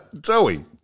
Joey